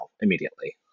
immediately